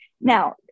Now